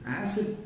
acid